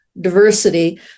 diversity